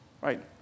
Right